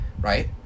right